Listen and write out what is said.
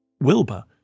Wilbur